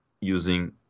using